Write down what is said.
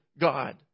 God